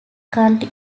county